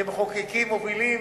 כמחוקקים מובילים,